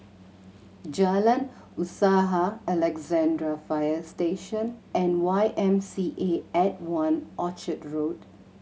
Jalan Usaha Alexandra Fire Station and Y M C A at One Orchard Road